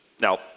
Now